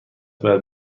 باید